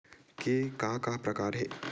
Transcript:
के का का प्रकार हे?